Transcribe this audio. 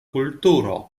kulturo